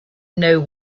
know